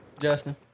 Justin